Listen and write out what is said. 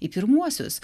į pirmuosius